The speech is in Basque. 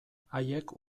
haiek